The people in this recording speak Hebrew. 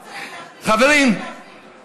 חברים,